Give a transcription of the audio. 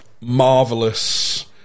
marvelous